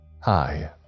Hi